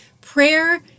Prayer